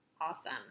Awesome